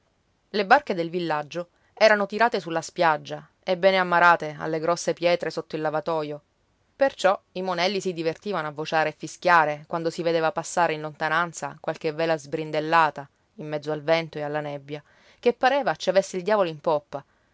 le barche del villaggio erano tirate sulla spiaggia e bene ammarrate alle grosse pietre sotto il lavatoio perciò i monelli si divertivano a vociare e fischiare quando si vedeva passare in lontananza qualche vela sbrindellata in mezzo al vento e alla nebbia che pareva ci avesse il diavolo in poppa